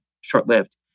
short-lived